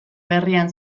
berrian